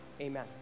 Amen